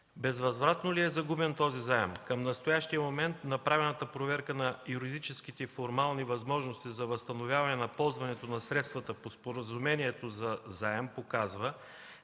Безвъзвратно ли е загубен този заем? Към настоящия момент направената проверка на юридическите и формални възможности за възстановяването на ползването на средствата по споразумението за заем показва,